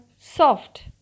soft